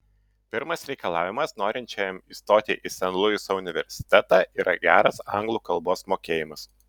pirmas reikalavimas norinčiajam įstoti į sen luiso universitetą yra geras anglų kalbos mokėjimas